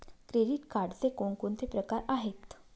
Credit कार्डचे कोणकोणते प्रकार आहेत?